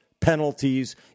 penalties